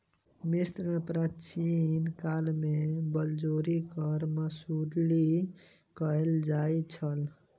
मिस्र में प्राचीन काल में बलजोरी कर वसूली कयल जाइत छल